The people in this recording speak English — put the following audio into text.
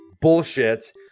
bullshit